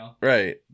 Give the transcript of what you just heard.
right